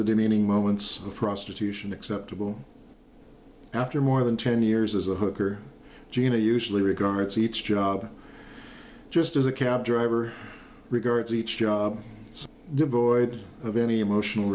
the demeaning moments of prostitution acceptable after more than ten years as a hooker gina usually regrets each job just as a cab driver regards each job as devoid of any emotional